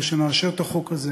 ברגע שנאשר את החוק הזה,